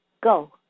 Go